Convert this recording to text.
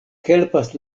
helpas